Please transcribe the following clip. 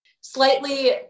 slightly